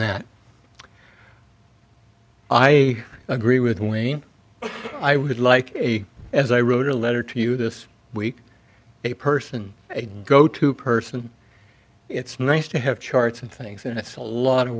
that i agree with wayne i would like as i wrote a letter to you this week a person go to person it's nice to have charts and things and it's a lot of